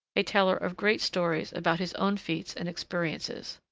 a teller of great stories about his own feats and experiences.